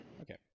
Okay